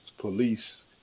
police